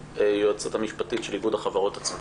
אני חושבת שחשוב שהמדד יתייחס לא רק לשיעור